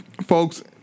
folks